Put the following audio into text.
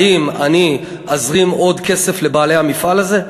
האם אני אזרים עוד כסף לבעלי המפעל הזה?